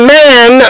man